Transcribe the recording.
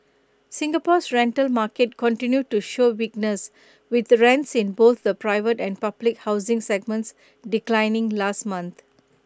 Singapore's rental market continued to show weakness with rents in both the private and public housing segments declining last month